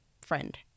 friend